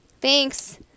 Thanks